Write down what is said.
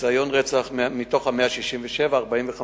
ניסיון רצח: מתוך 167, 45 תיקים,